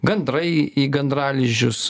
gandrai į gandralizdžius